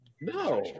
No